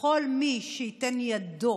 וכל מי שייתן ידו